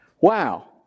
Wow